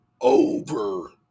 over